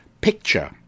picture